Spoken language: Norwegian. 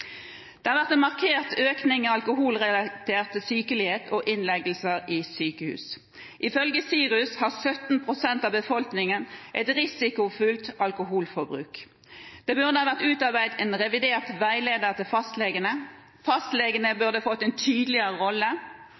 Det har vært en markert økning i alkoholrelatert sykelighet og innleggelser i sykehus. Ifølge SIRUS har 17 pst. av befolkningen et risikofylt alkoholforbruk. Det burde ha vært utarbeidet en revidert veileder til fastlegene. Fastlegene burde fått en tydeligere rolle.